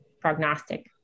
prognostic